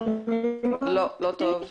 לא טוב.